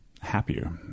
happier